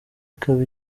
ikaba